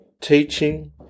teaching